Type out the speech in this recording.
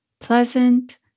pleasant